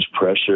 pressure